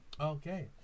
Okay